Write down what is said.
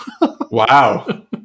Wow